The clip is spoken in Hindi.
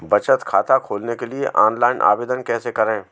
बचत खाता खोलने के लिए ऑनलाइन आवेदन कैसे करें?